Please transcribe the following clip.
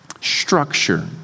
structure